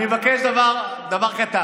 אני מבקש דבר קטן.